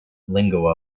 lingo